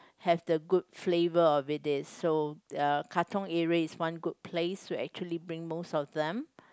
have the good flavour over these so uh Katong area is one good place to actually bring most of them